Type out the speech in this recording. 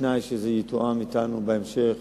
בתנאי שיתואם אתנו ההמשך